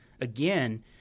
again